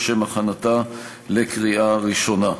לשם הכנתה לקריאה ראשונה.